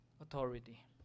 authority